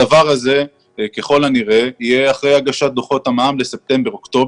הדבר הזה ככל הראה יהיה אחרי הגשת דוחות המע"מ לספטמבר-אוקטובר.